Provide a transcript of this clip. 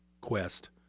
quest